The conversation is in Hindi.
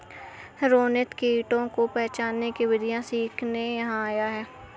रोनित कीटों को पहचानने की विधियाँ सीखने यहाँ आया है